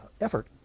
effort